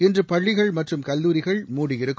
இன்று பள்ளிகள் மற்றும் கல்லூரிகள் மூடியிருக்கும்